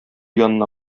янына